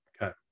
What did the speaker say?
Okay